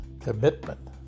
commitment